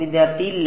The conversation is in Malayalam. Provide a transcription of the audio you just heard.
വിദ്യാർത്ഥി ഇല്ല